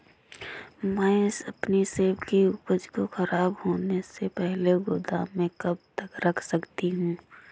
मैं अपनी सेब की उपज को ख़राब होने से पहले गोदाम में कब तक रख सकती हूँ?